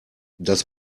das